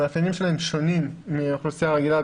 המאפיינים שלהם שונים מאוכלוסייה רגילה,